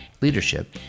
leadership